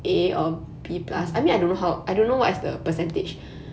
mm